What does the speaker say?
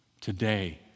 today